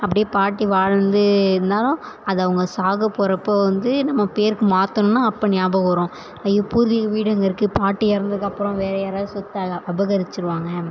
அப்படியே பாட்டி வாழ்ந்து இருந்தாலும் அது அவங்க சாக போறப்போ வந்து நம்ம பேருக்கு மாற்றணுன்னா அப்போ ஞாபகம் வரும் ஐயோ பூர்வீக வீடு அங்கே இருக்குது பாட்டி இறந்ததுக்கு அப்புறம் வேறு யாராவது சொத்தை அபகரிச்சுருவாங்க